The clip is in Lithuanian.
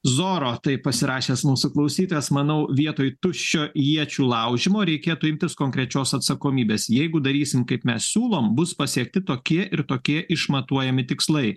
zoro taip pasirašęs mūsų klausytojas manau vietoj tuščio iečių laužymo reikėtų imtis konkrečios atsakomybės jeigu darysim kaip mes siūlom bus pasiekti tokie ir tokie išmatuojami tikslai